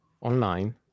online